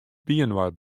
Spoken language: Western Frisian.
byinoar